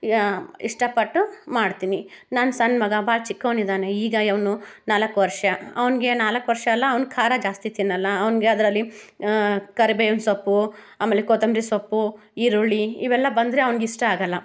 ಇಷ್ಟ ಪಟ್ಟು ಮಾಡ್ತೀನಿ ನನ್ನ ಸಣ್ಣ ಮಗ ಭಾಳ ಚಿಕ್ಕವ್ನು ಇದ್ದಾನೆ ಈಗ ಅವನು ನಾಲ್ಕು ವರ್ಷ ಅವ್ನಿಗೆ ನಾಲ್ಕು ವರ್ಷ ಅಲಾ ಅವ್ನು ಖಾರ ಜಾಸ್ತಿ ತಿನ್ನಲ್ಲ ಅವ್ನಿಗೆ ಅಂದರೆ ಅಲ್ಲಿ ಕರಿಬೇವಿನ ಸೊಪ್ಪು ಆಮೇಲೆ ಕೊತ್ತಂಬರಿ ಸೊಪ್ಪು ಈರುಳ್ಳಿ ಇವೆಲ್ಲ ಬಂದರೆ ಅವ್ನಿಗೆ ಇಷ್ಟ ಆಗಲ್ಲ